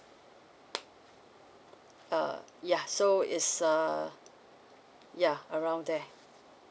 uh ya so it's a ya around there